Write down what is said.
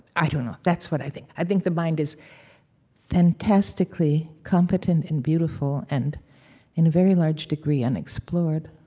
i don't know. that's what i think. i think the mind is fantastically competent and beautiful and in a very large degree unexplored